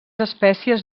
espècies